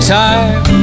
time